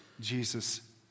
Jesus